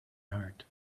heart